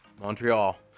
Montreal